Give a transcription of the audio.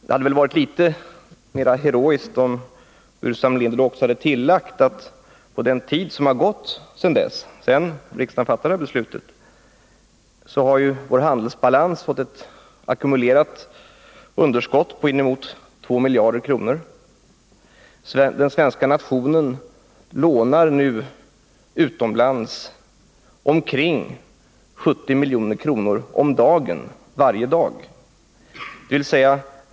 Det hade varit litet mer heroiskt om Staffan Burenstam Linder också tillagt att vår handelsbalans under den tid som har gått sedan riksdagen fattade det beslutet fått ett ackumulerat underskott på inemot 2 miljarder kronor. Den svenska nationen lånar nu utomlands omkring 70 milj.kr. varje dag.